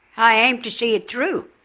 i aim to see it through.